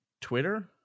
Twitter